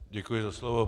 Děkuji za slovo.